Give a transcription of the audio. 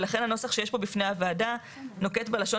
ולכן הנוסח שיש פה בפני הוועדה נוקט בלשון